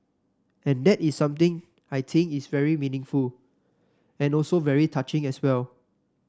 and that is something I think is very meaningful and also very touching as well